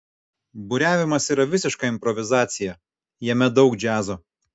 buriavimas yra visiška improvizacija jame daug džiazo